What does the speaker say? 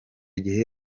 gihe